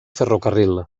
ferrocarril